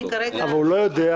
אני כרגע --- אבל הוא לא יודע,